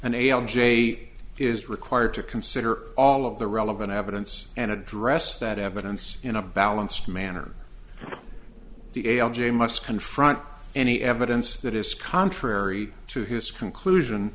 am j is required to consider all of the relevant evidence and address that evidence in a balanced manner the a l j must confront any evidence that is contrary to his conclusion